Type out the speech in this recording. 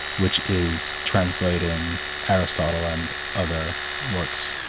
which is translating aristotle and other works,